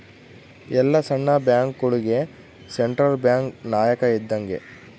ಎಲ್ಲ ಸಣ್ಣ ಬ್ಯಾಂಕ್ಗಳುಗೆ ಸೆಂಟ್ರಲ್ ಬ್ಯಾಂಕ್ ನಾಯಕ ಇದ್ದಂಗೆ